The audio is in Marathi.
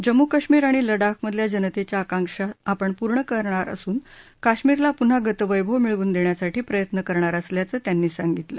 जम्मू काश्मीर आणि लडाखमधल्या जनतेच्या आकांक्षा आपण पूर्ण करणार असून काश्मीरला पुन्हा गतवैभव मिळवून देण्यासाठी प्रयत्न करणार असल्याचं त्यांनी सांगितलं